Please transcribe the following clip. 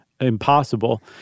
impossible